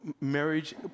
marriage